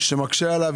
כי מקשים עליו.